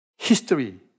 History